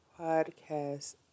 podcast